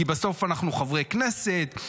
כי בסוף אנחנו חברי כנסת.